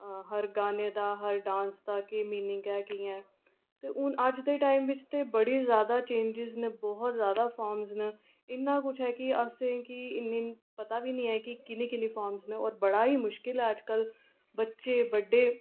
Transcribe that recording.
हर गाने दा हर डांस दा केह् मीनिंग ऐ ते कि'यां ऐ ते हून अज्ज दे टाइम बिच ते बड़ी जैदा चेंजस न बहुत जैदा फार्मां न इन्ना किश ऐ कि असें गी पता बी नेईं ऐ कि किन्नियां किन्नियां फार्मां न और बड़ा गै मुश्किल ऐ अजकल बच्चे बड्डे